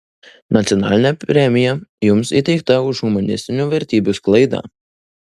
nacionalinė premija jums įteikta už humanistinių vertybių sklaidą